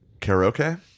Karaoke